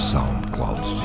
SoundCloud